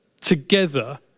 together